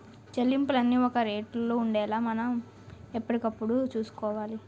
చెల్లింపులన్నీ ఒక రేటులో ఉండేలా మనం ఎప్పటికప్పుడు చూసుకోవాలి